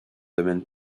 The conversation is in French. domaine